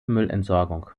müllentsorgung